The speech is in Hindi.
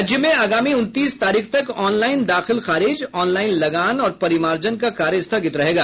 राज्य में आगामी उनतीस तारीख तक ऑनलाईन दाखिल खारिज ऑनलाईन लगान और परिमार्जन का कार्य स्थगित रहेगा